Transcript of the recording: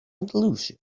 andalusia